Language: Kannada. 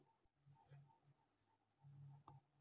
ತತ್ತಿರೇಟ್ ಛಲೋ ಇರೋ ಯಾವ್ ಕೋಳಿ ಪಾಡ್ರೇ?